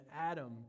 Adam